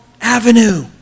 avenue